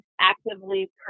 actively